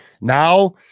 Now